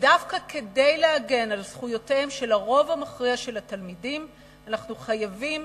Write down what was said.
ודווקא כדי להגן על זכויותיהם של הרוב המכריע של התלמידים אנחנו חייבים